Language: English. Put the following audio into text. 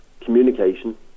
communication